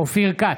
אופיר כץ,